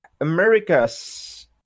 America's